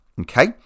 okay